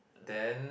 then